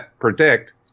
predict